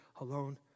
alone